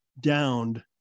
downed